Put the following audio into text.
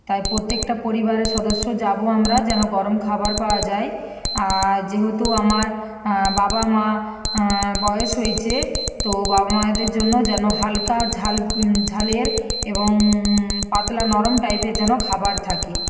তাই প্রত্যেকটা পরিবারের সদস্য যাবো আমরা যেন গরম খাবার পাওয়া যায় আর যেহেতু আমার বাবা মা বয়স হয়েছে তো বাবা মায়েদের জন্য যেন হালকা ঝাল ঝালের এবং পাতলা নরম টাইপের যেন খাবার থাকে